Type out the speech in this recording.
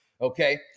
Okay